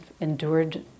endured